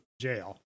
jail